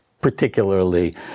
particularly